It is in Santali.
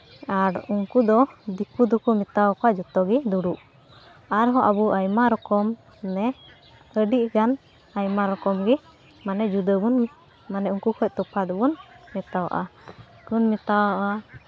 ᱟᱨ ᱩᱱᱠᱩ ᱫᱚ ᱫᱤᱠᱩ ᱫᱚᱠᱚ ᱢᱮᱛᱟᱣ ᱠᱚᱣᱟ ᱡᱚᱛᱚᱜᱮ ᱫᱩᱲᱩᱵ ᱟᱨᱦᱚᱸ ᱟᱨᱚ ᱟᱭᱢᱟ ᱨᱚᱠᱚᱢ ᱢᱟᱱᱮ ᱟᱹᱰᱤᱜᱟᱱ ᱟᱭᱢᱟ ᱨᱚᱠᱚᱢ ᱜᱮ ᱢᱟᱱᱮ ᱡᱩᱫᱟᱹ ᱵᱚᱱ ᱢᱟᱱᱮ ᱩᱱᱠᱩ ᱠᱷᱚᱡ ᱛᱚᱯᱷᱟᱛ ᱵᱚᱱ ᱢᱮᱛᱟᱣᱟᱜᱼᱟ ᱛᱚᱠᱷᱚᱱ ᱢᱮᱛᱟᱣᱟᱜᱼᱟ